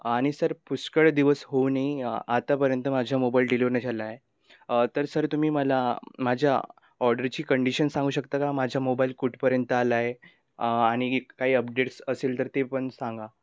आणि सर पुष्कळ दिवस होऊनही आतापर्यंत माझ्या मोबाईल डिलिव नाही झाला आहे तर सर तुम्ही मला माझ्या ऑडरची कंडिशन सांगू शकता का माझ्या मोबाईल कुठपर्यंत आला आहे आणि काही अपडेट्स असेल तर ते पण सांगा